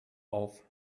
auf